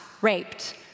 raped